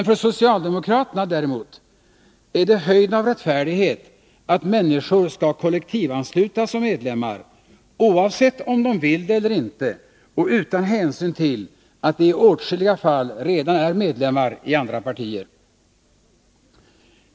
För socialdemokraterna, däremot, är det höjden av rättfärdighet att människor skall kollektivanslutas som medlemmar, oavsett om de vill det eller inte och utan hänsyn till att de i åtskilliga fall redan är medlemmar i andra partier.